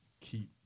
Keep